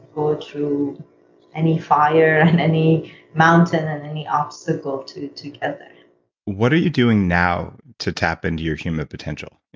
go through any fire and any mountain and any obstacle to to get there what are you doing now to tap into your human potential?